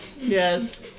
Yes